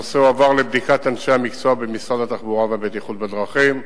הנושא הועבר לבדיקת אנשי המקצוע במשרד התחבורה והבטיחות בדרכים.